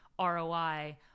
ROI